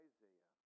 Isaiah